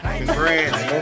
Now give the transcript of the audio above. Congrats